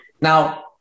Now